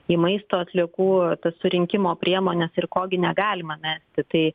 į maisto atliekų tas surinkimo priemones ir ko gi negalima mesti tai